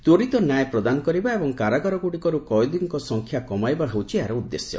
ତ୍ୱରିତ ନ୍ୟାୟ ପ୍ରଦାନ କରିବା ଏବଂ କାରାଗାରଗୁଡ଼ିକରୁ କଏଦୀଙ୍କ ସଂଖ୍ୟା କମାଇବା ହେଉଛି ଏହାର ଉଦ୍ଦେଶ୍ୟ